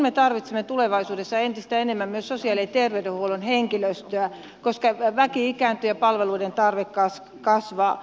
me tarvitsemme tulevaisuudessa entistä enemmän myös sosiaali ja terveydenhuollon henkilöstöä koska väki ikääntyy ja palveluiden tarve kasvaa